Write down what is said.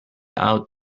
out